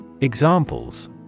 Examples